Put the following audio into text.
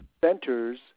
centers